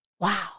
Wow